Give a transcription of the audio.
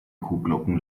kuhglocken